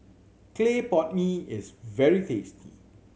clay pot mee is very tasty